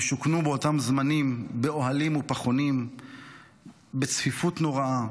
הם שוכנו באותם זמנים באוהלים ופחונים בצפיפות נוראה,